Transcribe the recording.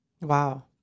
Wow